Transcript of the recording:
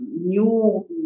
new